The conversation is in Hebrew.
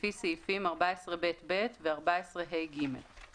לפי סעיפים 14ב(ב) ו-14ה(ג);